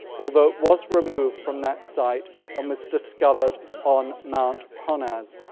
although it was removed from that site and was discovered on mount honaz.